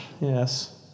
Yes